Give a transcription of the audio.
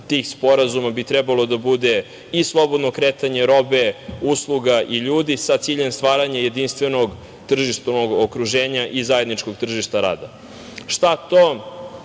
tih sporazuma bi trebalo da bude i slobodno kretanje robe, usluga i ljudi sa ciljem stvaranja jedinstvenog tržišnog okruženja i zajedničkog tržišta rada. Šta to